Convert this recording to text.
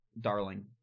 Darling